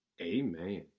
Amen